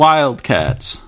Wildcats